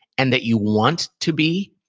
and that you want to be,